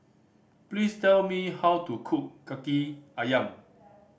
please tell me how to cook Kaki Ayam